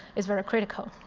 is very critical.